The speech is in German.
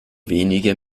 wenige